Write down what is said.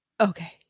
okay